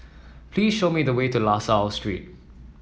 please show me the way to La Salle Street